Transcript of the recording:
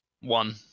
One